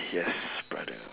yes brother